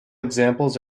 examples